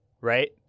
right